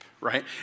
right